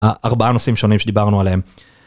א-ארבעה נושאים שונים שדיברנו עליהם.